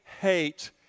hate